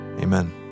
Amen